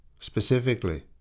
specifically